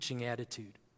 attitude